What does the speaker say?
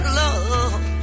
love